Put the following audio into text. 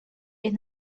est